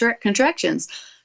contractions